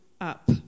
up